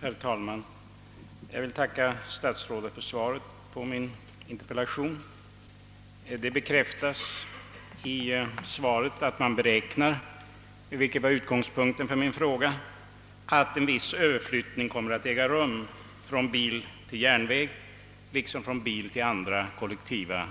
Herr talman! Jag vill tacka statsrådet för svaret på min interpellation. Det bekräftas i svaret att man beräknar — vilket var utgångspunkten för min fråga — att en viss överflyttning kommer att äga rum från bil till järnväg liksom till andra kollektiva